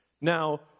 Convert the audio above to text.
Now